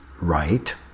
right